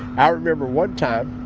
i remember one time